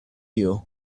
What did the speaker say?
you